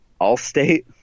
Allstate